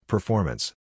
Performance